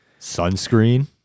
Sunscreen